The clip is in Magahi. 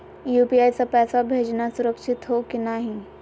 यू.पी.आई स पैसवा भेजना सुरक्षित हो की नाहीं?